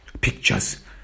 pictures